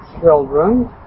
children